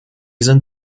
sind